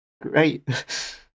Great